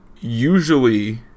usually